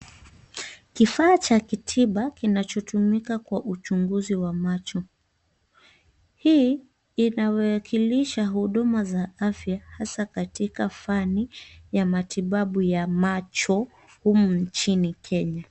Kifaa cha kitiba kinachotumika kwa uchunguzi wa macho. Hii inawakilisha huduma za afya hasa katika fani ya matibabu ya macho humu nchini Kenya.